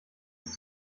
ist